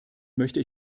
möchte